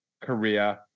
Korea